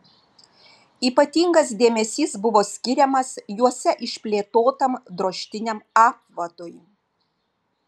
ypatingas dėmesys buvo skiriamas juose išplėtotam drožtiniam apvadui